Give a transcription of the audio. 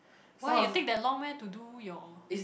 why you take that long meh to do your